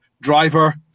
Driver